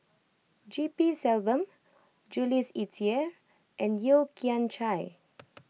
G P Selvam Jules Itier and Yeo Kian Chai